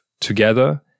together